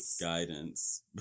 Guidance